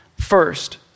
First